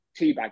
teabag